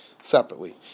separately